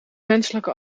menselijke